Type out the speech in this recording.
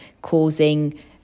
causing